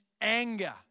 anger